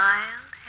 Wild